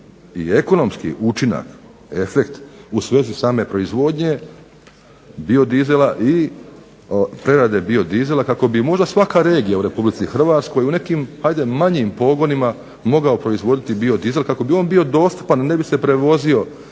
i ekonomski učinak, efekt u svezi same proizvodnje i prerade biodizela kako bi možda svaka regija u RH u nekim manjim pogonima mogao proizvoditi biodizel kako bi on bio dostupan, ne bi se prevozio